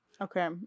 okay